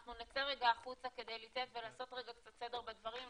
אנחנו נצא החוצה כדי להתייעץ ולעשות סדר בדברים,